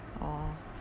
orh